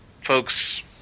folks